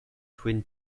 twin